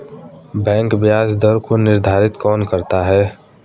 Bank ब्याज दर को निर्धारित कौन करता है?